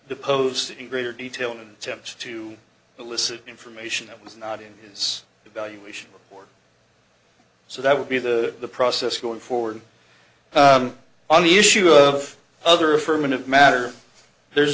deposed in greater detail in attempts to elicit information that was not in his evaluation or so that would be the the process going forward on the issue of other affirmative matter there's